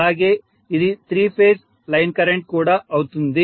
అలాగే అది three phase line current కూడా అవుతుంది